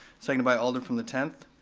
second by alder from the tenth.